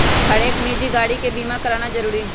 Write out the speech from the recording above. हरेक निजी गाड़ी के बीमा कराना जरूरी हई